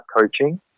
coaching